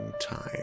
time